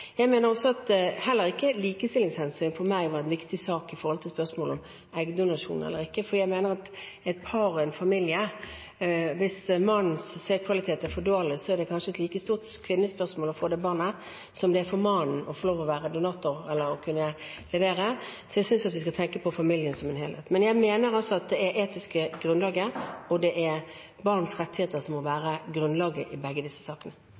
heller ikke viktig for meg i spørsmålet om eggdonasjon eller ikke. Hos et par eller i en familie der mannens sædkvalitet er for dårlig, er det kanskje ikke et like stort kvinnespørsmål å få det barnet som det er for mannen å få lov til å være donator eller kunne levere. Jeg synes vi skal tenke på familien som en helhet. Men jeg mener altså at det må være et etisk grunnlag, og det er barns rettigheter som må være grunnlaget i begge disse sakene.